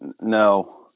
No